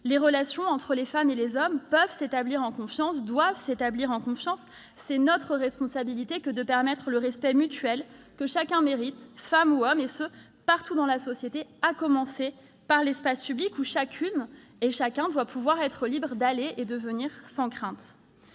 les relations entre les femmes et les hommes peuvent s'établir en confiance, doivent s'établir en confiance ; il est de notre responsabilité de permettre le respect mutuel que chacun mérite, femme ou homme, et ce partout dans la société, à commencer par l'espace public, où chacune et chacun doit pouvoir être libre d'aller et de venir sans crainte.